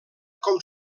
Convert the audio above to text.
com